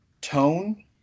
tone